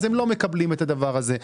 הן לא מקבלות את הדבר הזה.